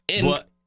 But-